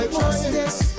justice